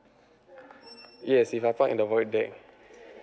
yes if I park in the void deck